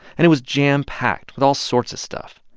and it was jampacked with all sorts of stuff.